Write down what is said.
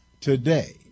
today